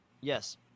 Yes